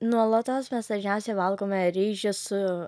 nuolatos mes dažniausiai valgome ryžius su